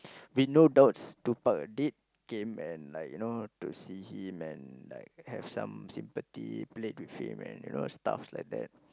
with no doubts Tupac did came and like you know to see him and like has some sympathy played with him you know stuff like that